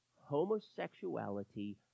homosexuality